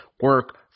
Work